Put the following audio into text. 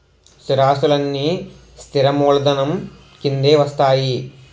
స్థిరాస్తులన్నీ స్థిర మూలధనం కిందే వస్తాయి